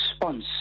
response